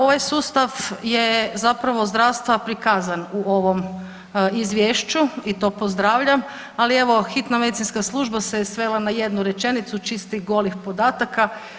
Ovaj sustav je zapravo zdravstva prikazan u ovom izvješću i to pozdravljam, ali evo hitna medicinska služba se je svela na jednu rečenicu čistih golih podataka.